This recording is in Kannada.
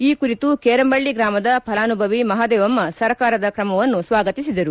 ಈ ಕುರಿತು ಕೇರಂಬಳ್ಳಿ ಗ್ರಾಮದ ಫಲಾನುಭವಿ ಮಹಾದೇವಮ್ಮ ಸರ್ಕಾರದ ಕ್ರಮವನ್ನು ಸ್ವಾಗತಿಸಿದರು